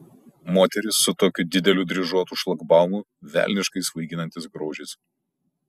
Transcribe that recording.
moteris su tokiu dideliu dryžuotu šlagbaumu velniškai svaiginantis grožis